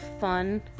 fun